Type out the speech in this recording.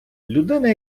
людина